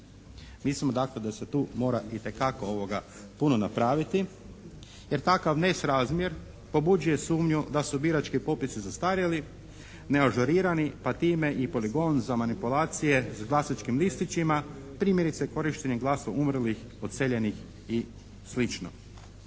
Mislimo dakle da se tu mora itekako puno napraviti jer takav nesrazmjer pobuđuje sumnju da su birački popisi zastarjeli, neažurirani pa time i poligon za manipulacije s glasačkim listićima, primjerice korištenje glasa umrlih, odseljenih i